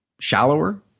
shallower